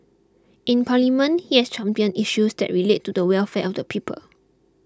in parliament he has championed issues that relate to the welfare of the people